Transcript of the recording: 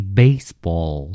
baseball